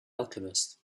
alchemist